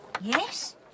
Yes